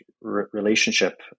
relationship